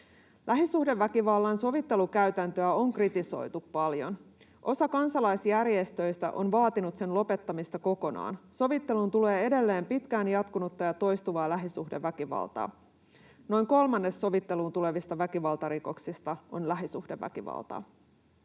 Lähisuhdeväkivallan sovittelukäytäntöä on kritisoitu paljon. Osa kansalaisjärjestöistä on vaatinut sen lopettamista kokonaan. Sovitteluun tulee edelleen pitkään jatkunutta ja toistuvaa lähisuhdeväkivaltaa. Noin kolmannes sovitteluun tulevista väkivaltarikoksista on lähisuhdeväkivaltaa.